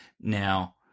Now